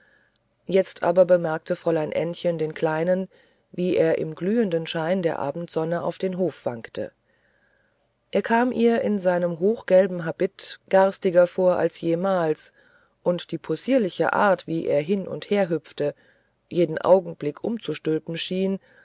jetzt aber bemerkte fräulein ännchen den kleinen wie er im glühenden schein der abendsonne auf den hof wankte er kam ihr in seinem hochgelben habit garstiger vor als jemals und die possierliche art wie er hin und her hüpfte jeden augenblick umzustülpen schien